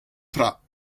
tra